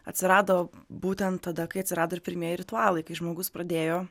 atsirado būtent tada kai atsirado ir pirmieji ritualai kai žmogus pradėjo